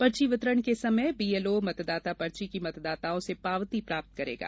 पर्ची वितरण के समय बीएलओ मतदाता पर्ची की मतदाताओं से पावती प्राप्त करेगा